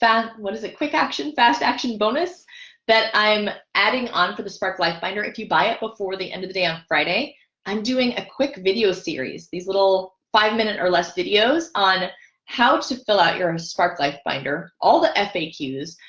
fan what is it? quick action fast action bonus that i'm adding on for the spark life finder. if you buy it before the end of the day on friday i'm doing a quick video series these little five minute or less videos on how to fill out your and spark life binder all the ah faqs